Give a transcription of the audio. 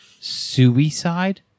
suicide